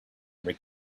ever